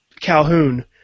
Calhoun